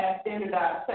standardized